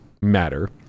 matter